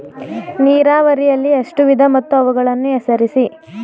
ನೀರಾವರಿಯಲ್ಲಿ ಎಷ್ಟು ವಿಧ ಮತ್ತು ಅವುಗಳನ್ನು ಹೆಸರಿಸಿ?